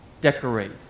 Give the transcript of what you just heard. decorate